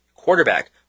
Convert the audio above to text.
quarterback